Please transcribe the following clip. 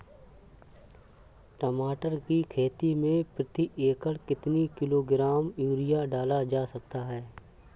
टमाटर की खेती में प्रति एकड़ कितनी किलो ग्राम यूरिया डाला जा सकता है?